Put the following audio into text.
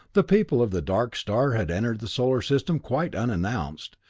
the people of the dark star had entered the solar system quite unannounced,